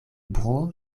bruo